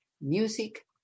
music